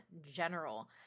general